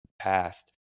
past